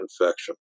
infection